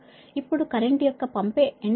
ఇప్పుడు కరెంట్ యొక్క పంపే ఎండ్ మాగ్నిట్యూడ్ 0